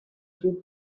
وجود